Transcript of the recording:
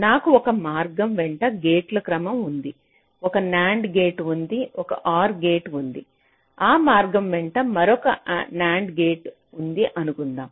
నాకు ఒక మార్గం వెంట గేట్ల క్రమం ఉంది ఒక NAND గేట్ ఉంది ఒక OR గేట్ ఉంది ఆ మార్గం వెంట మరొక NAND గేట్ ఉంది అనుకుందాం